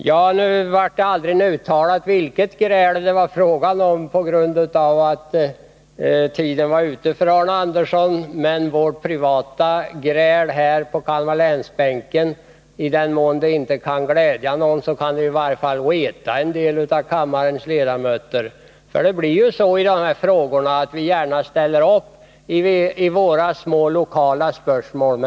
Vi fick aldrig klarhet i vilket gräl det var fråga om på grund av att taletiden var ute för Arne Andersson. Om vårt privata gräl på Kalmar läns bänk inte kan glädja någon, kan det i varje fall reta en del av kammarens ledamöter. 137 Det blir så i de här frågorna att vi gärna ställer upp i våra små lokala spörsmål.